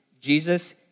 Jesus